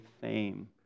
fame